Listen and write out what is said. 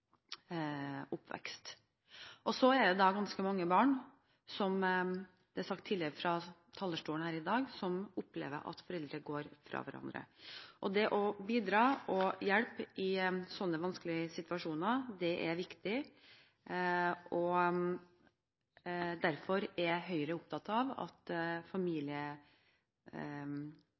Så er det ganske mange barn – som det er sagt fra talerstolen tidligere her i dag – som opplever at foreldrene går fra hverandre. Det å bidra og hjelpe til i slike vanskelige situasjoner er viktig. Derfor er Høyre opptatt av at